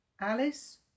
Alice